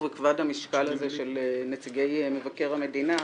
וכבד המשקל של נציגי מבקר המדינה,